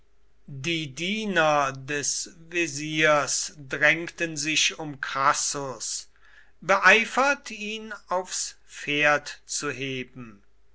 die diener des wesirs drängten sich um crassus beeifert ihn aufs pferd zu heben